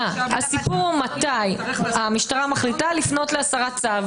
אלא מתי המשטרה מחליטה לפנות להסרת צו.